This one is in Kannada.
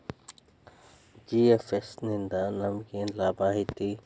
ಜಿ.ಎಫ್.ಎಸ್ ನಿಂದಾ ನಮೆಗೆನ್ ಲಾಭ ಐತಿ?